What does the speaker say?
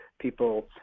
people